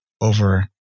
over